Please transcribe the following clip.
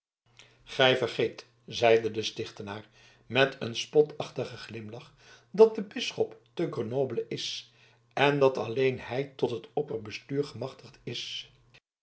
gij vergeet zeide de stichtenaar met een spotachtigen glimlach dat de bisschop te grenoble is en dat alleen hij tot het opperbestuur gemachtigd is